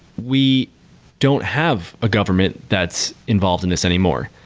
we don't have a government that's involved in this anymore.